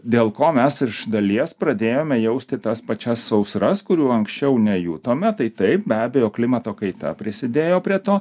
dėl ko mes iš dalies pradėjome jausti tas pačias sausras kurių anksčiau nejutome tai taip be abejo klimato kaita prisidėjo prie to